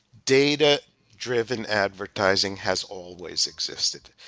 data driven advertising has always existed.